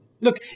Look